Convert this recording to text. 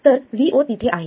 तर VO तिथे आहे